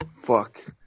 Fuck